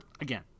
again